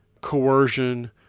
coercion